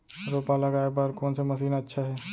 रोपा लगाय बर कोन से मशीन अच्छा हे?